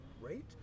right